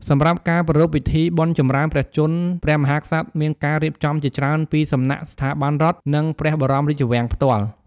សម្រាប់ការប្រារព្ធពិធីបុណ្យចម្រើនព្រះជន្មព្រះមហាក្សត្រ មានការរៀបចំជាច្រើនពីសំណាក់ស្ថាប័នរដ្ឋ និងព្រះបរមរាជវាំងផ្ទាល់។